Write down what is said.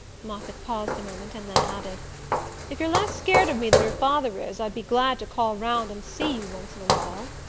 moffatt paused a moment and then added if you're less scared of me than your father is i'd be glad to call round and see you once in a while.